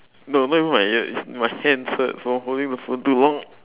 no not even my ears my hands hurt from holding the phone too long